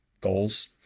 goals